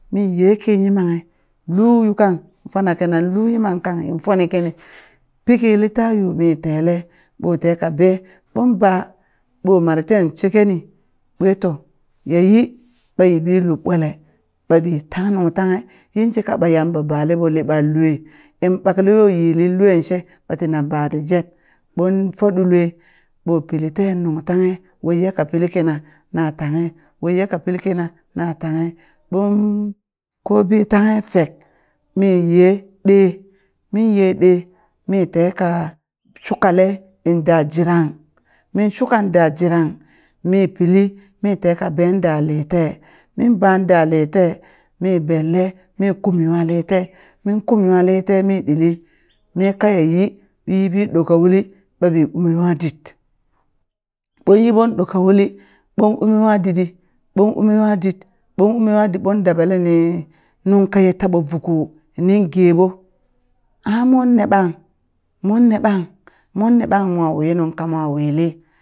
Mi ye ki yimanghi lu yukang fona kina lu yimang kang in foni kini piki lita yuu mi tele ɓo teka bee ɓon ba ɓo mare ten shekeni ɓwe to yayi ɓa yiɓi lub ɓwale ɓaɓi tang nung tanghe yin shika ɓa Yamba ḅaleɓo liɓan lue in ɓake yo yilin luen she ɓa tina ba ti jet ɓon fo ɗule ɓo pili ten nung tanghe waiya ka pili kina na tanghe waiya ka pili kina na tanghe ɓooon kobi tanghe feek mi ye ɗe min ye ɗe mi teka shukale inda jirang min shuka da jirang mi pili mi teka been da lite min ban da lite mi benle mi kumi nwa litee min kum nwa litee mi ɗili mi kaya yi ɓi yi ɓi ɗoka uli ɓaɓi ume nwa dit ɓon yi ɓon ɗoka uli ɓon u nwa ditɗi ɓon u nwa dit ɓon ume nwa dit ɓon dabaleni nung kaye taɓo vuko nin geɓo a mon ne ɓang mon ne ɓang mon ne ɓang mo wi nunka mo wili